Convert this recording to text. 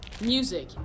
music